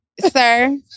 Sir